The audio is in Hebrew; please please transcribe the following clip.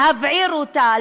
להבעיר אותה,